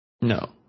no